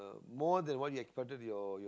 more than what you expected your your